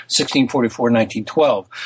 1644-1912